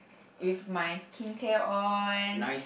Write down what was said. with my skincare on